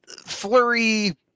flurry